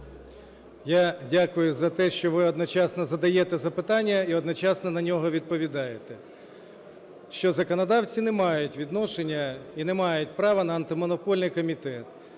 Я дякую за те, що ви одночасно задаєте запитання і одночасно на нього відповідаєте. Що законодавці не мають відношення і не мають права на Антимонопольний комітет.